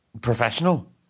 professional